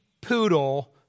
poodle